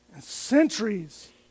centuries